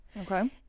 Okay